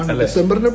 December